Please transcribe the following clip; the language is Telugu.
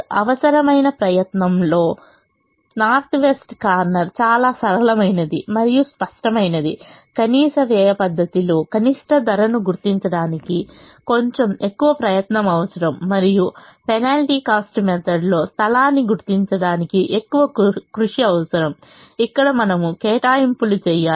అవసరమైన ప్రయత్నంలో నార్త్ వెస్ట్ కార్నర్ చాలా సరళమైనది మరియు స్పష్టమైనది కనీస వ్యయం పద్ధతి లో కనిష్ట ధరను గుర్తించడానికి కొంచెం ఎక్కువ ప్రయత్నం అవసరం మరియు పెనాల్టీ కాస్ట్ మెథడ్లో స్థలాన్ని గుర్తించడానికి ఎక్కువ కృషి అవసరం ఇక్కడ మనము కేటాయింపులు చేయాలి